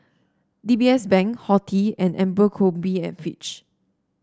D B S Bank Horti and Abercrombie and Fitch